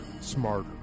smarter